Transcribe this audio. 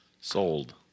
Sold